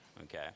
okay